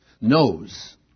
knows